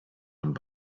und